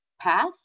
path